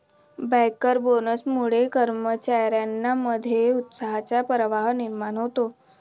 banker बोनसमुळे कर्मचार्यांमध्ये उत्साहाचा प्रवाह निर्माण होतो